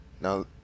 now